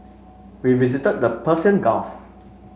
we visited the Persian Gulf